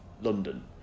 London